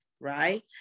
Right